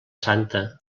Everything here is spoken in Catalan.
santa